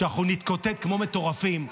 שאנחנו נתקוטט כמו מטורפים,